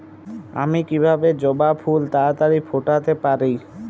আমি কিভাবে জবা ফুল তাড়াতাড়ি ফোটাতে পারি?